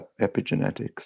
epigenetics